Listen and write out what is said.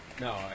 No